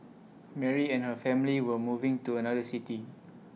Mary and her family were moving to another city